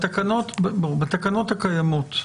בתקנות הקיימות,